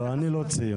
לא, אני לא ציוני.